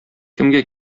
кемгә